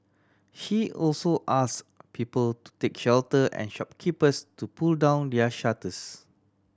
she also asked people to take shelter and shopkeepers to pull down their shutters